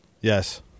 Yes